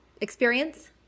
experience